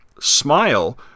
Smile